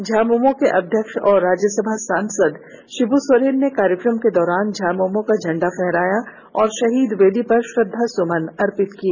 झामुमो के अध्यक्ष और राज्यसभा सांसद शिबू सोरेन ने कार्यक्रम के दौरान झामुमो का झंडा फहराया और शहीद वेदी पर श्रद्धा सुमन अर्पित किए